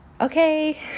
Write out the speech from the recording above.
Okay